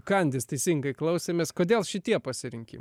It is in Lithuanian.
kandys teisingai klausėmės kodėl šitie pasirinkimai